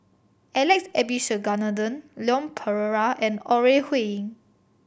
Alex Abisheganaden Leon Perera and Ore Huiying